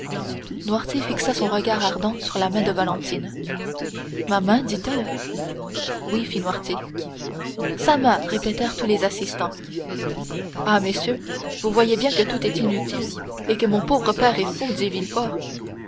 noirtier fixa son regard ardent sur la main de valentine ma main dit-elle oui fit noirtier sa main répétèrent tous les assistants ah messieurs vous voyez bien que tout est inutile et que mon pauvre père est fou dit